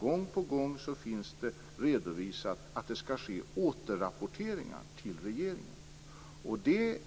Gång på gång finns det redovisat att det skall ske återrapporteringar till regeringen. Det